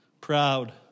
Proud